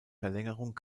verlängerung